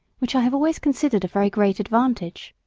which i have always considered a very great advantage.